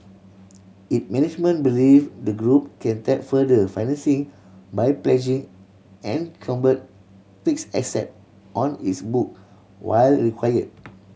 it management believe the group can tap further financing by pledging encumbered fixed asset on its book while required